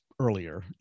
earlier